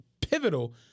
pivotal